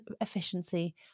efficiency